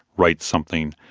writes something,